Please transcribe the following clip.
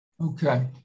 Okay